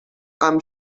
amb